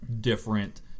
different